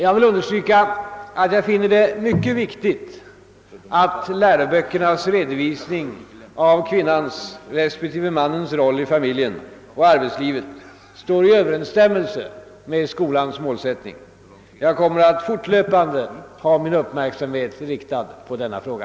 Jag vill understryka, att jag finner det mycket viktigt att läroböckernas redovisning av kvinnans respektive mannens roll i familjen och arbetslivet står i överensstämmelse med skolans målsättning. Jag kommer att fortlöpande ha min uppmärksamhet riktad på denna fråga.